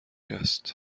است